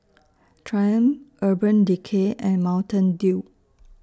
Triumph Urban Decay and Mountain Dew